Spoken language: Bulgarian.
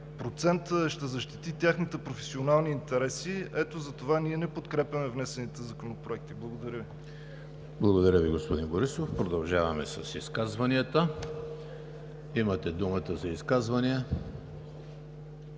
процент ще защити техните професионални интереси. Ето затова ние не подкрепяме внесените законопроекти. Благодаря Ви. ПРЕДСЕДАТЕЛ ЕМИЛ ХРИСТОВ: Благодаря Ви, господин Борисов. Продължаваме с изказванията. Имате думата за изказвания.